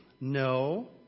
No